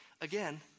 again